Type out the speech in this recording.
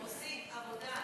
עושים עבודה,